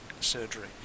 surgery